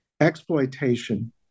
exploitation